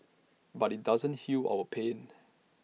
but IT doesn't heal our pain